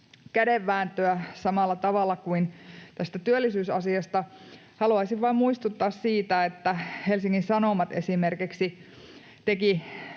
ikuisuuskädenvääntöä samalla tavalla kuin tästä työllisyysasiasta. Haluaisin vain muistuttaa siitä, että Helsingin Sanomat esimerkiksi teki